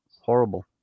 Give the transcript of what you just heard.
horrible